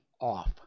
off